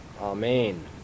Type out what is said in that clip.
amen